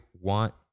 want